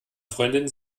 freundinnen